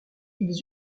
ils